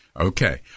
Okay